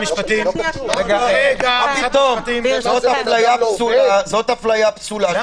זו אפליה פסולה,